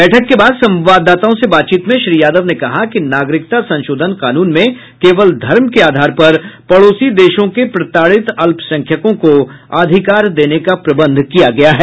बैठक के बाद संवाददाताओं से बातचीत में श्री यादव ने कहा कि नागरिकता संशोधन कानून में केवल धर्म के आधार पर पड़ोसी देशों के प्रताड़ित अल्पसंख्यकों को अधिकार देने का प्रबंध किया गया है